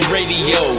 Radio